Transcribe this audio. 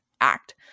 act